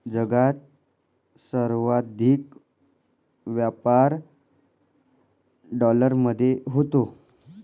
जगात सर्वाधिक व्यापार डॉलरमध्ये होतो